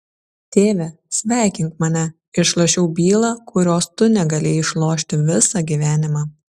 tėve sveikink mane išlošiau bylą kurios tu negalėjai išlošti visą gyvenimą